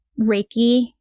Reiki